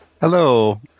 Hello